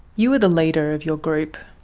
you were the leader of your group.